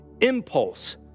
impulse